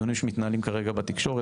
ובדיונים שמתנהלים בתקשורת כרגע,